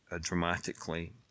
dramatically